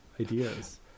ideas